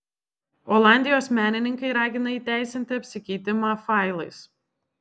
olandijos menininkai ragina įteisinti apsikeitimą failais